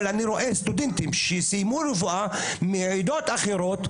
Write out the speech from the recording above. אבל אני רואה סטודנטים שסיימו רפואה מעדות אחרות,